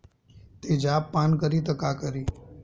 तेजाब पान करी त का करी?